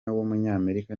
w’umunyamerika